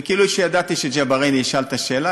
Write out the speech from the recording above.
וכאילו ידעתי שג'בארין ישאל את השאלה,